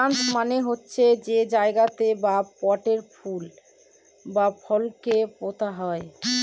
planters মানে হচ্ছে যে জায়গাতে বা পটে ফুল বা ফলকে পোতা হয়